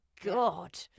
god